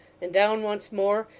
and down once more,